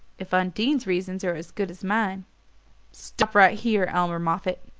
if undine's reasons are as good as mine stop right here, elmer moffatt!